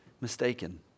mistaken